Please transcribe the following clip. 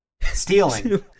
Stealing